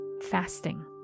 Fasting